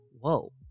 Whoa